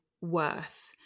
worth